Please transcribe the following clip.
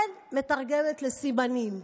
אין מתרגמת לשפת הסימנים,